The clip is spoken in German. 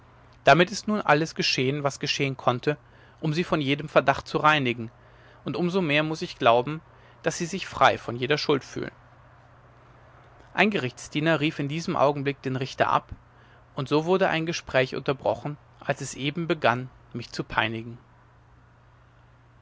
damit ist nun alles geschehen was geschehen konnte um sie von jedem verdacht zu reinigen und um so mehr muß ich glauben daß sie sich frei von jeder schuld fühlen ein gerichtsdiener rief in diesem augenblick den richter ab und so wurde ein gespräch unterbrochen als es eben begann mich zu peinigen